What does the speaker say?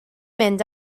mynd